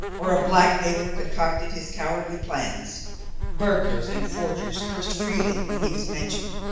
or a blackmailer concocted his cowardly plans burglars and forgers cursed freely when he was mentioned,